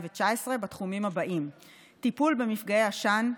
בתחומים הבאים: 1. טיפול במפגעי עשן,